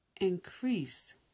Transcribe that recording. Increase